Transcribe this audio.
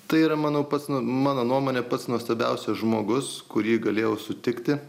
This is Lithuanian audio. tai yra manau pats mano nuomone pats nuostabiausias žmogus kurį galėjau sutikti